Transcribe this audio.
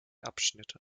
abschnitte